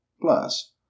Plus